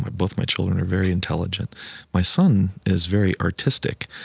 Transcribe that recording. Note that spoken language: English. but both my children are very intelligent my son is very artistic.